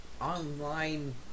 online